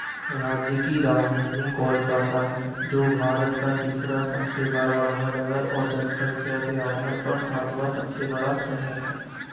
राज्य की राजधानी कोलकाता है जो भारत का तीसरा सबसे बड़ा महानगर और जनसंख्या के आधार पर सातवाँ सबसे बड़ा शहर है